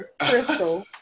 Crystal